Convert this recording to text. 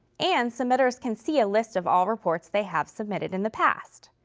and submitters can see a list of all reports they have submitted in the past.